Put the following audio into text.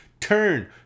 Turn